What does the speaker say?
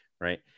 right